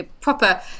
proper